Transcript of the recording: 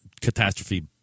catastrophe